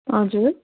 हजुर